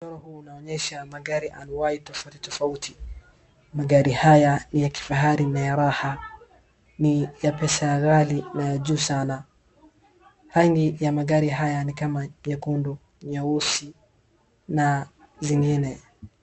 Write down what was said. Mchoro huu unaonyesha magari anuwai tofauti tofauti. Magari haya ni ya kifahari na ya raha. Ni ya pesa ghali na juu sana. Rangi ya magari haya ni kama nyekundu, nyeusi na zingine.